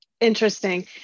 Interesting